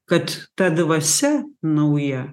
kad ta dvasia nauja